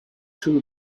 too